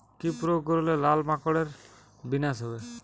কি প্রয়োগ করলে লাল মাকড়ের বিনাশ হবে?